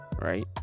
Right